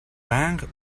байнга